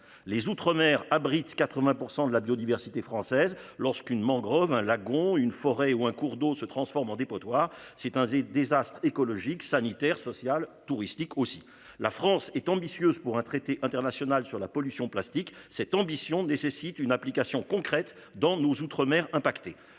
les outre-mer abrite 80% de la biodiversité française lorsqu'une mangrove hein lagon une forêt ou un cours d'eau se transforme en dépotoir. C'est un désastre écologique sanitaire social touristique aussi. La France est ambitieuse pour un traité international sur la pollution plastique cette ambition nécessite une application concrète dans nos Outre-mer impacté